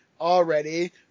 already